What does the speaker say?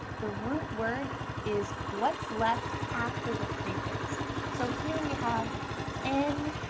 the root word is what's left after the prefix. so here we have and